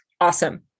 awesome